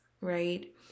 right